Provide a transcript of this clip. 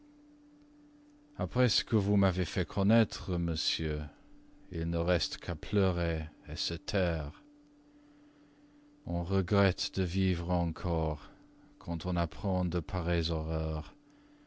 après ce que vous m'avez fait connaître monsieur il ne reste qu'à pleurer se taire on regrette de vivre encore quand on apprend de pareilles horreurs